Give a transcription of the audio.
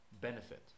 benefit